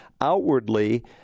outwardly